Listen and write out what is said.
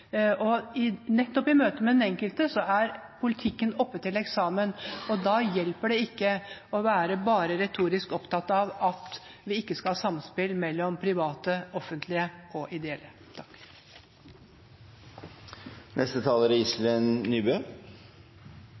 i hverdagen. Nettopp i møtet med den enkelte er politikken oppe til eksamen. Da hjelper det ikke å være bare retorisk opptatt av at vi ikke skal ha samspill mellom private, offentlige og ideelle.